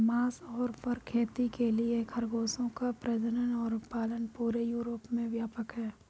मांस और फर खेती के लिए खरगोशों का प्रजनन और पालन पूरे यूरोप में व्यापक है